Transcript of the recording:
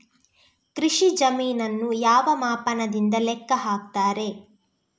ಕೃಷಿ ಜಮೀನನ್ನು ಯಾವ ಮಾಪನದಿಂದ ಲೆಕ್ಕ ಹಾಕ್ತರೆ?